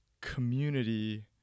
community